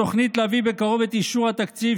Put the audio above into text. התוכנית להביא בקרוב את אישור התקציב